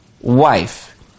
wife